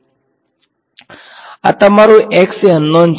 તેથી આ તમારો x એ અન નોન છે